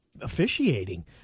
officiating